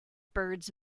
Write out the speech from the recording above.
birds